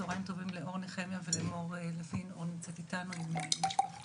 צוהריים טובים לאור נחמיה שנמצאות איתנו עם אימה,